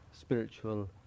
spiritual